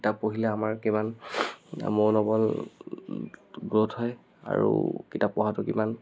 কিতাপ পঢ়িলে আমাৰ কিমান মনোবল গ্ৰউথ হয় আৰু কিতাপ পঢ়াটো কিমান